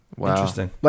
Interesting